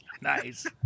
Nice